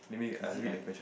is it like